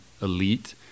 elite